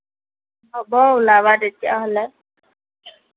হ'ব ওলাবা তেতিয়াহ'লে